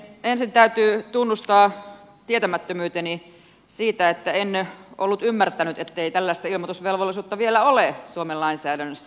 minun täytyy ensin tunnustaa tietämättömyyteni siitä että en ollut ymmärtänyt ettei tällaista ilmoitusvelvollisuutta vielä ole suomen lainsäädännössä